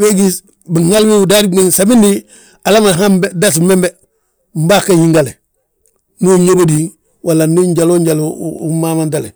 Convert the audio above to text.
we gí win biserer. Me bdiidoo bdiindi ñe ngi gomande mo fúti, nwom fúti, ge gdúbatu ge gí gi ma húri yaa biñaŋ ma loo bogon béede, bogon béede bwom bola ggi bi ma yoofni bogon béede boonja. A bogon béede ugí ngi ñeelen unyaa bayo, unyaa fúti, a bogo béedi bwodi bembe. Iyoo, maalu wo biñaŋ ma nyaa ye doroŋ.